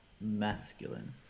masculine